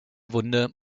wunde